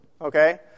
Okay